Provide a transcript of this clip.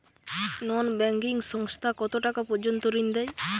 নন banking সংস্থা কতটাকা পর্যন্ত ঋণ দেয়?